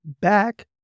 back